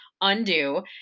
undo